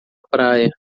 praia